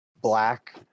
black